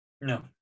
No